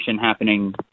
happening